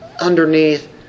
underneath